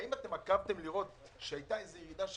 האם עקבתם לראות שהייתה איזו ירידה,